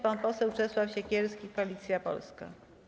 Pan poseł Czesław Siekierski, Koalicja Polska.